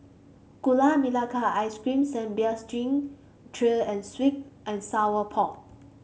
Gula Melaka Ice Cream Sambal Stingray and sweet and Sour Pork